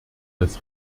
das